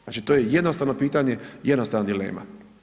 Znači to je jednostavno pitanje i jednostavna dilema.